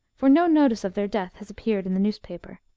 for no notice of their death has appeared in the newspaper.